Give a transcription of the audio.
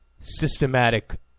systematic